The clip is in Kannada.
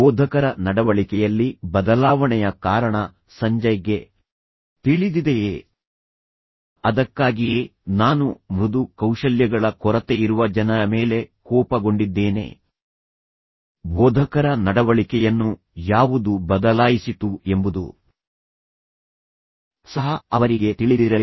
ಬೋಧಕರ ನಡವಳಿಕೆಯಲ್ಲಿ ಬದಲಾವಣೆಯ ಕಾರಣ ಸಂಜಯ್ಗೆ ತಿಳಿದಿದೆಯೇ ಅದಕ್ಕಾಗಿಯೇ ನಾನು ಮೃದು ಕೌಶಲ್ಯಗಳ ಕೊರತೆಯಿರುವ ಜನರ ಮೇಲೆ ಕೋಪಗೊಂಡಿದ್ದೇನೆ ಬೋಧಕರ ನಡವಳಿಕೆಯನ್ನು ಯಾವುದು ಬದಲಾಯಿಸಿತು ಎಂಬುದು ಸಹ ಅವರಿಗೆ ತಿಳಿದಿರಲಿಲ್ಲ